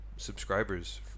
subscribers